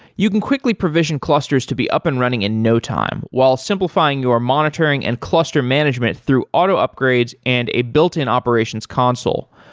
you can quickly provision clusters to be up and running in no time while simplifying your monitoring and cluster management through auto upgrades and a built-in operations console.